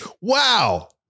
Wow